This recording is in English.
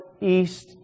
east